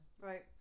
Right